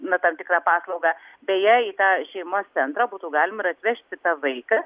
na tam tikrą paslaugą beje į tą šeimos centrą būtų galima ir atvešti tą vaiką